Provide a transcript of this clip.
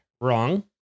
Wrong